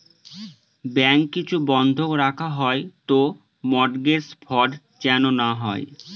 bank কিছু বন্ধক রাখা হয় তো মর্টগেজ ফ্রড যেন না হয়